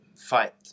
fight